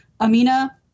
Amina